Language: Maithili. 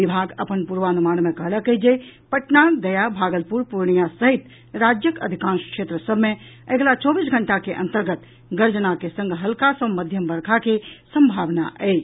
विभाग अपन पूर्वानुमान मे कहलक अछि जे पटना गया भागलपुर पूर्णिया सहित राज्यक अधिकांश क्षेत्र सभ मे अगिला चौबीस घंटा के अंतर्गत गर्जना के संग हल्का सँ मध्यम वर्षा के संभावना अछि